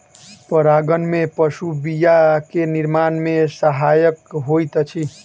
परागन में पशु बीया के निर्माण में सहायक होइत अछि